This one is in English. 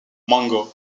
mango